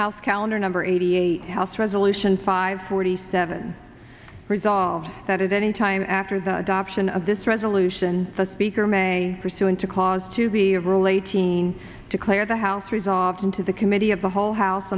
house calendar number eighty eight house resolution five forty seven resolved that any time after the adoption of this resolution the speaker may pursuant to clause to be role eighteen to clear the house resolves into the committee of the whole house